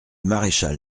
maréchal